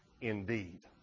indeed